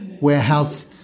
warehouse